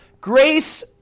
grace